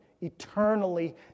eternally